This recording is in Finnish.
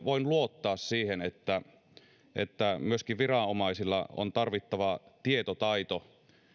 voin luottaa siihen että myöskin viranomaisilla on tarvittava tietotaito